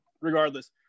regardless